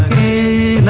a